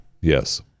yes